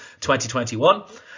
2021